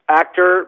actor